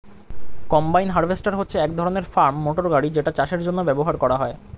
combine harvester হচ্ছে এক ধরণের ফার্ম মোটর গাড়ি যেটা চাষের জন্য ব্যবহার হয়